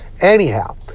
Anyhow